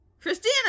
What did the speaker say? Christina